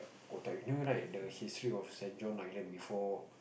old type you know right the history of Saint-John Island before